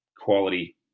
quality